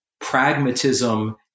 pragmatism